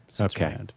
Okay